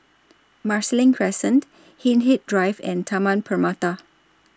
Marsiling Crescent Hindhede Drive and Taman Permata